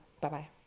Bye-bye